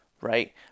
right